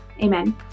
amen